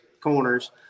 corners